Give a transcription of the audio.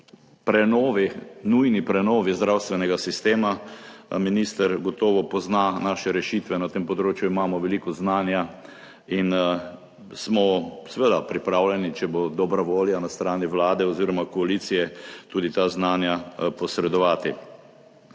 prenovi, nujni prenovi zdravstvenega sistema. Minister gotovo pozna naše rešitve na tem področju, imamo veliko znanja in smo seveda pripravljeni, če bo dobra volja na strani Vlade oziroma koalicije, tudi ta znanja posredovati.